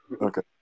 Okay